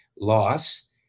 loss